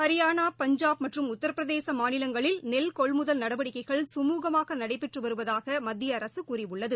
ஹரியானா பஞ்சாப் மற்றும் உத்தரப்பிரதேசமாநிலங்களில் நெல்கொள்முதல் நடவடிக்கைகள் சுமூகமாகநடைபெற்றுவருவதாகமத்தியஅரசுகூறியுள்ளது